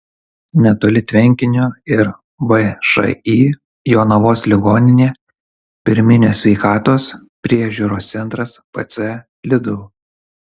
netoli tvenkinio ir všį jonavos ligoninė pirminės sveikatos priežiūros centras pc lidl